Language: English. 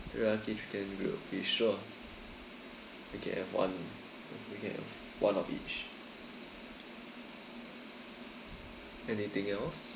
teriyaki chicken grilled fish sure we can have one we can have one of each anything else